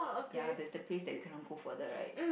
ya there's a place you can't go further right